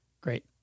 Great